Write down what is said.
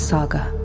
Saga